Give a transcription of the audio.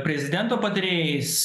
prezidento patarėjais